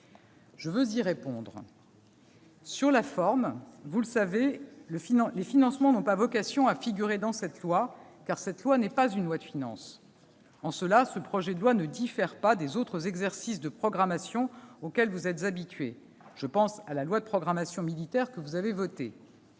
je veux y répondre. Sur la forme, tout d'abord : vous le savez, les financements n'ont pas vocation à figurer dans cette loi, car il ne s'agit pas d'une loi de finances. En cela, ce projet de loi ne diffère pas des autres exercices de programmation auxquels vous êtes habitués. Je pense à la loi de programmation militaire que vous avez adoptée.